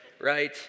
right